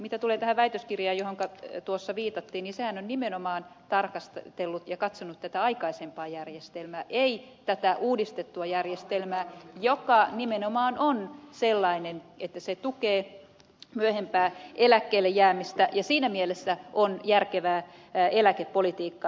mitä tulee tähän väitöskirjaan johonka tuossa viitattiin niin sehän on nimenomaan tarkastellut ja katsonut tätä aikaisempaa järjestelmää ei tätä uudistettua järjestelmää joka nimenomaan on sellainen että se tukee myöhempää eläkkeellejäämistä ja siinä mielessä on järkevää eläkepolitiikkaa